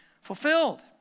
fulfilled